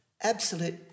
absolute